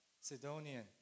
Sidonian